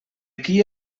qui